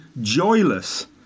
joyless